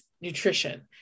nutrition